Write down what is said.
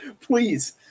please